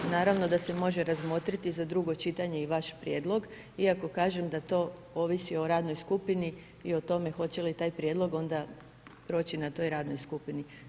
Naravno da se može razmotriti za drugo čitanje i vaš prijedlog, iako kažem da to ovisi o radnoj skupini i o tome hoće li taj prijedlog onda proći na toj radnoj skupini.